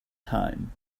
time